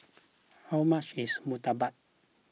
how much is Murtabak